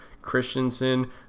Christensen